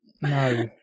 No